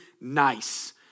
nice